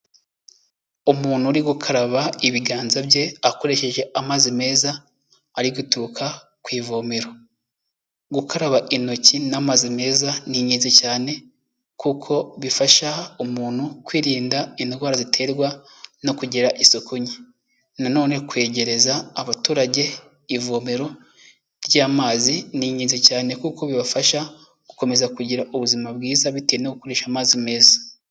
Umuntu uri gukaraba ibiganza bye akoresheje amazi meza ari guturuka ku ivomero. Gukaraba intoki n'amazi meza ni ingenzi cyane kuko bifasha umuntu kwirinda indwara ziterwa no kugira isuku nke. Nanone kwegereza abaturage ivomero ry'amazi ni ingenzi cyane kuko bibafasha gukomeza kugira ubuzima bwiza bitewe no gukoresha amazi meza.